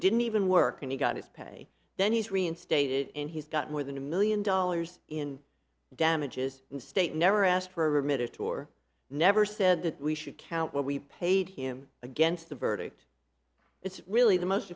didn't even work and he got his pay then he's reinstated and he's got more than a million dollars in damages in state never asked for a minute or never said that we should count what we paid him against the verdict it's really the most